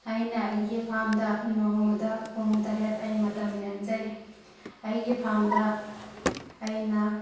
ꯑꯩꯅ ꯑꯩꯒꯤ ꯐꯥꯔꯝꯗ ꯅꯣꯡꯃꯗ ꯄꯨꯡ ꯇꯔꯦꯠ ꯑꯩ ꯃꯇꯝ ꯂꯦꯟꯖꯩ ꯑꯩꯒꯤ ꯐꯥꯔꯝꯗ ꯑꯩꯅ